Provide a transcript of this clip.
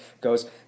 goes